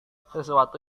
sesuatu